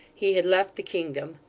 he had left the kingdom.